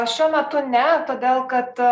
šiuo metu ne todėl kad